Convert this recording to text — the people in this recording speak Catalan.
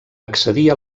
accedir